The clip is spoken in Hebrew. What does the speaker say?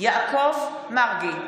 יעקב מרגי,